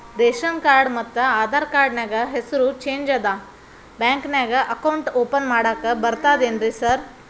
Ration card ಮತ್ತ Aadhaar card ನ್ಯಾಗ ಹೆಸರು ಚೇಂಜ್ ಅದಾ ಬ್ಯಾಂಕಿನ್ಯಾಗ ಅಕೌಂಟ್ ಓಪನ್ ಮಾಡಾಕ ಬರ್ತಾದೇನ್ರಿ ಸಾರ್?